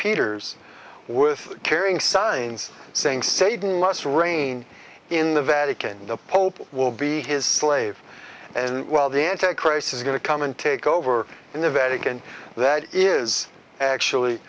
peter's with carrying signs saying satan less reign in the vatican the pope will be his slave and while the anti christ is going to come and take over in the vatican that is actually